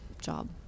job